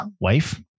wife